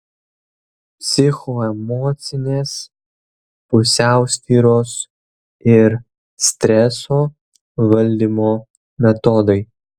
psichoemocinės pusiausvyros ir streso valdymo metodai